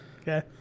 Okay